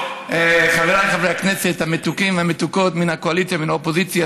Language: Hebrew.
חבריי חברי הכנסת המתוקים והמתוקות מן הקואליציה ומן האופוזיציה,